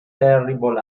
terrible